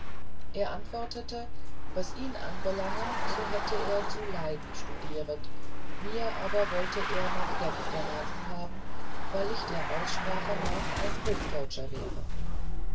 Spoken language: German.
er antwortete was ihn anbelange so hätte er zu leyden studieret mir aber wollte er nach genf geraten haben weil ich der aussprache nach ein hochteutscher wäre